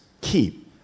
keep